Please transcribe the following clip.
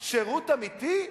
שירות אמיתי?